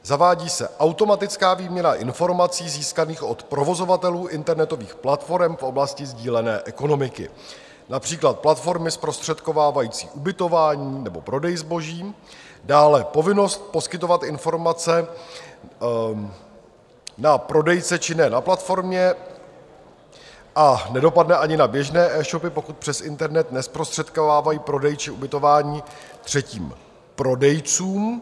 Zavádí se automatická výměna informací získaných od provozovatelů internetových platforem v oblasti sdílené ekonomiky, například platformy zprostředkovávající ubytování nebo prodej zboží, dále povinnost poskytovat informace na prodejce činné na platformě, a nedopadne ani na běžné eshopy, pokud přes internet nezprostředkovávají prodej či ubytování třetím prodejcům.